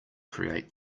create